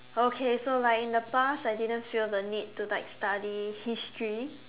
okay so like in the past I didn't feel the need to like study history